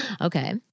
okay